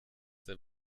der